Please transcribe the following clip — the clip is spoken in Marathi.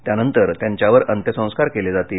त्यांनंतर त्यांच्यावर अंत्यसंस्कार केले जातील